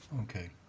okay